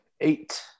Eight